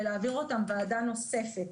ולהעביר אותם ועדה נוספת.